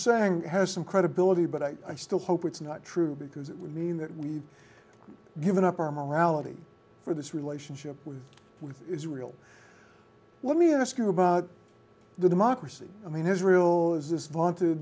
saying has some credibility but i still hope it's not true because it would mean that we've given up our morality for this relationship with israel let me ask you about the democracy i mean israel is this